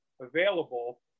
available